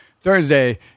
Thursday